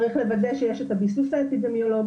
צריך לוודא שיש את הביסוס האפידמיולוגי,